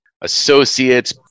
associates